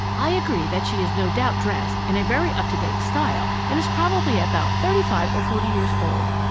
i agree that she is no doubt dressed in a very up-to-date style, and is probably about thirty-five or forty years old.